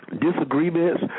disagreements